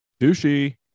douchey